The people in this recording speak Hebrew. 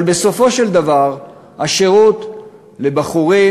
אבל בסופו של דבר, השירות לבחורים,